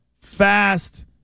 fast